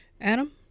Adam